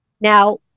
Now